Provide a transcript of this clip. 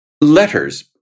letters